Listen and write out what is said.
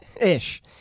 ish